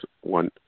one